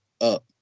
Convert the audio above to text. up